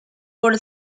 por